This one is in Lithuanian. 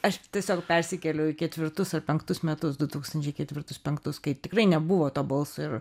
aš tiesiog persikėliu į ketvirtus ar penktus metus du tūkstančiai ketvirtus penktus kai tikrai nebuvo to balso ir